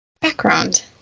background